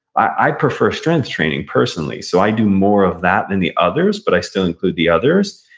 i prefer strength training, personally, so i do more of that than the others, but i still include the others.